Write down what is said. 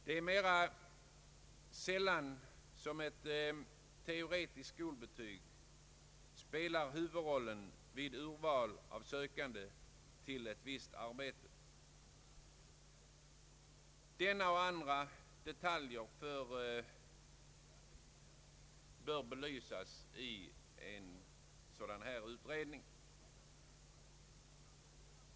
Det är mera sällan som ett teoretiskt skolbetyg spelar huvudrollen vid urval av sökande till ett visst arbete. Denna och andra detaljer bör belysas i en sådan utredning.